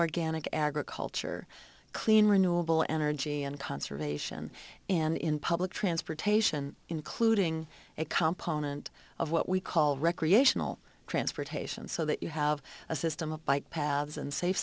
organic agriculture clean renewable energy and conservation in public transportation including a complement of what we call recreational transportation so that you have a system of bike paths and safe